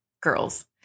Girls